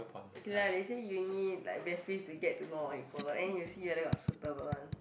okay let they say uni like best place to get to know your food and you see whether got suitable one